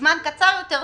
בזמן קצר יותר,